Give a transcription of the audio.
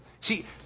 See